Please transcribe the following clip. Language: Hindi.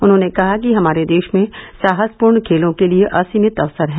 उन्होंने कहा कि हमारे देश में साहसपूर्ण खेलों के लिए असीमित अवसर हैं